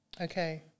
Okay